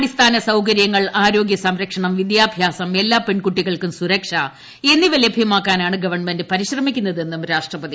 അടിസ്ഥാന സൌകരൃങ്ങൾ ആരോഗൃ സ്ംരക്ഷണം വിദ്യാഭ്യാസം എല്ലാ പെൺകുട്ടികൾക്കും ന്കൂർക്ഷ് എന്നിവ ലഭ്യമാക്കാനാണ് ഗവ ണ്മെന്റ് പരിശ്രമിക്കുന്ന്ത്തെന്നും രാഷ്ട്രപതി